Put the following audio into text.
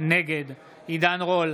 נגד עידן רול,